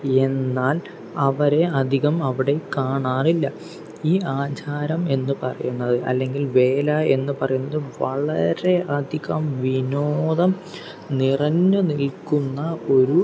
എന്നാൽ അവരെ അധികം അവിടെ കാണാറില്ല ഈ ആചാരം എന്നു പറയുന്നത് അല്ലെങ്കിൽ വേല എന്നു പറയുന്നത് വളരെ അധികം വിനോദം നിറഞ്ഞു നിൽക്കുന്ന ഒരു